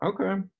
Okay